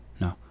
No